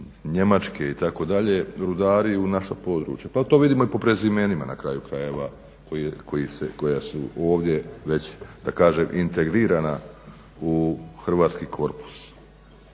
Njemačke itd. rudari u naša područja, pa to vidimo i po prezimena na kraju krajeva koja su ovdje već da kažem integrirana u hrvatski korpus.